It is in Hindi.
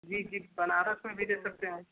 जी जी बनारस में भी ले सकते हैं हम